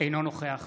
אינו נוכח